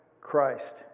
Christ